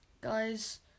guy's